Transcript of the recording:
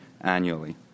annually